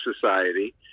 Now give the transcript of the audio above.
society